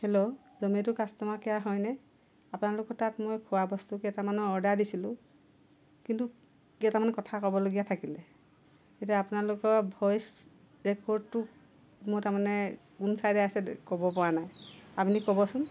hello Zomato customer care হয় নে আপোনালোকৰ তাত মই খোৱা বস্তু কেইটামানৰ অৰ্ডাৰ দিছিলোঁ কিন্তু কেইটামান কথা ক'বলগীয়া থাকিলে এতিয়া আপোনালোকৰ ভইছ ৰেকৰ্ডটো মই তাৰমানে কোন চাইডে আছে ক'ব পৰা নাই আপুনি ক'বচোন